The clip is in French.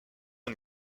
une